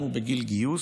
אם הוא בגיל גיוס,